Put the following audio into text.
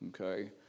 okay